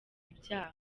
ibyaha